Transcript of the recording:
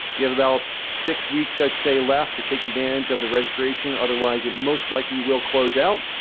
you have about six weeks, i'd say, left to take advantage of the registration. otherwise, it most likely will close out.